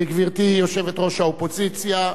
גברתי יושבת-ראש האופוזיציה,